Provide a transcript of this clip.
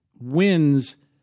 wins